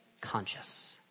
conscious